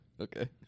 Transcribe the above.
Okay